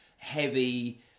heavy